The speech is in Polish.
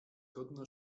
godna